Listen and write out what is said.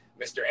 Mr